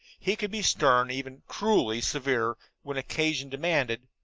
he could be stern, even cruelly severe, when occasion demanded,